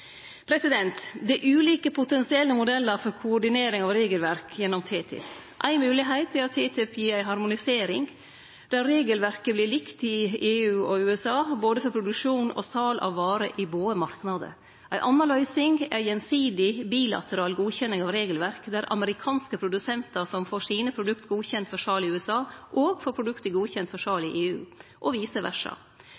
Det er ulike potensielle modellar for koordinering av regelverk gjennom TTIP. Ei moglegheit er at TTIP gir ei harmonisering der regelverket vert likt i EU og USA, både for produksjon og sal av varer i båe marknader. Ei anna løysing er gjensidig bilateral godkjenning av regelverk der amerikanske produsentar som får produkta sine godkjende for sal i USA, òg får produkta godkjende for sal